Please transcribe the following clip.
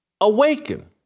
awaken